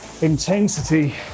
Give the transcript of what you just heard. intensity